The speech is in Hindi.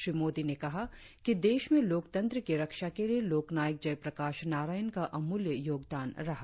श्री मोदी ने कहा कि देश में लोकतंत्र की रक्षा के लिए लोकनायक जयप्रकाश नारायण का अमूल्य योगदान रहा